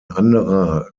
anderer